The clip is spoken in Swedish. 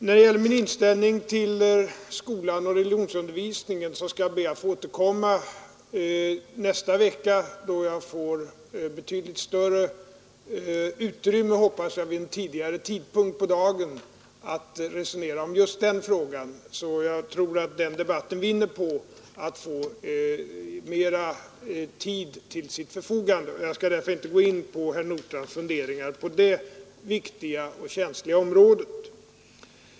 När det gäller min inställning till skolan och religionsundervisningen skall jag be att få återkomma nästa vecka, då jag hoppas att jag får betydligt större utrymme vid en tidigare tidpunkt på dagen att resonera om just den frågan. Jag tror att den debatten vinner på att få mera tid till sitt förfogande, och jag skall därför inte gå in på herr Nordstrandhs funderingar på det viktiga och känsliga området.